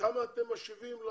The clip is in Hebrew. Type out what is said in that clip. כמה אתם משיבים.